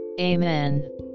Amen